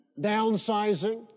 downsizing